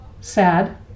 sad